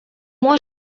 може